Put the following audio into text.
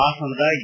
ಹಾಸನದ ಎ